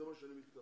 זה מה שאני מתכוון.